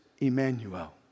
Emmanuel